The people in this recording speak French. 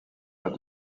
père